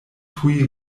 tuj